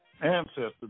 Ancestors